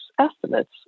estimates